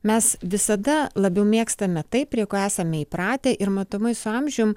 mes visada labiau mėgstame tai prie ko esame įpratę ir matomai su amžium